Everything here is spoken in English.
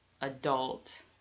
adult